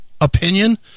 opinion